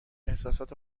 احسسات